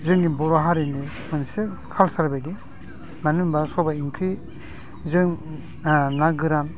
जोंनि बर' हारिनि मोनसे कालचार बायदि मानो होनोब्ला सबाइ ओंख्रिजों ना गोरान